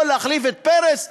יכול להחליף את פרס?